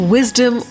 Wisdom